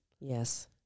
Yes